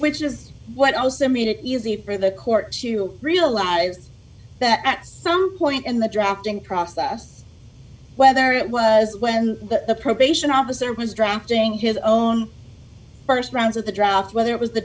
which is what also made it easy for the court to realize that at some point in the drafting process whether it was when the probation officer was drafting his own st rounds of the drouth whether it was the